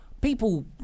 people